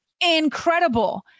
incredible